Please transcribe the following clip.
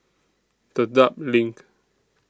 Dedap LINK